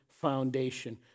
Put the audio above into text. foundation